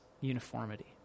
uniformity